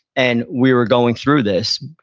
and we were going through this.